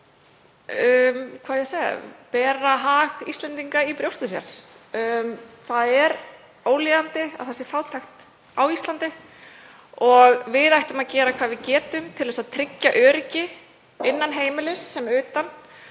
alla sem bera hag Íslendinga fyrir brjósti, Það er ólíðandi að það sé fátækt á Íslandi. Við ættum að gera hvað við getum til að tryggja öryggi innan heimilis sem utan